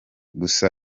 gusa